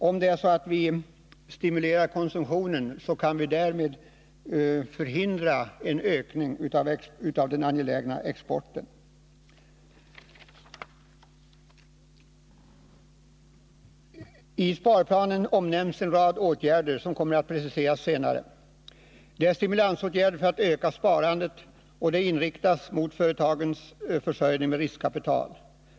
Om vi stimulerar konsumtionen kan vi därmed förhindra en ökning av den angelägna exporten. I sparplanen omnämns en rad åtgärder som kommer att preciseras senare. Det är bl.a. stimulansåtgärder för att öka sparandet och på så sätt att det inriktas mot företagens försörjning med riskkapital.